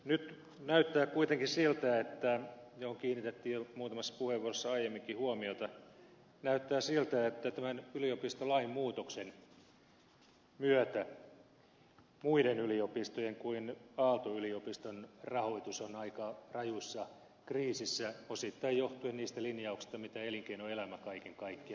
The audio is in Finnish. nyt näyttää kuitenkin siltä ja siihen kiinnitettiin jo muutamassa puheenvuorossa aiemminkin huomiota että yliopistolain muutoksen myötä muiden yliopistojen kuin aalto yliopiston rahoitus on aika rajussa kriisissä osittain johtuen niistä linjauksista mitä elinkeinoelämä kaiken kaikkiaan nyt sitten on tehnyt